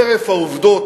חרף העובדות,